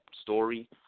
story